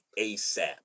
ASAP